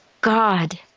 God